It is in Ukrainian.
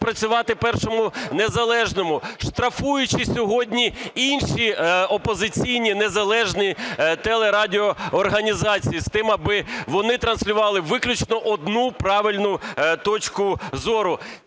працювати "Першому Незалежному", штрафуючи сьогодні інші опозиційні незалежні телерадіоорганізації з тим, аби вони транслювали виключно одну правильну точку зору.